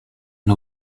une